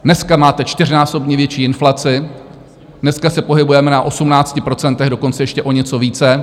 Dneska máte čtyřnásobně větší inflaci, dneska se pohybujeme na 18 %, dokonce ještě o něco více.